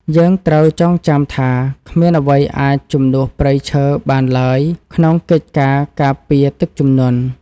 យើងត្រូវចងចាំថាគ្មានអ្វីអាចជំនួសព្រៃឈើបានឡើយក្នុងកិច្ចការការពារទឹកជំនន់។